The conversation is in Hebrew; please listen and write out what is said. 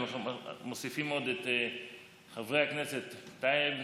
מוסיפים את חברי הכנסת טייב,